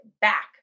back